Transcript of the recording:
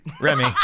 Remy